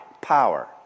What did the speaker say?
power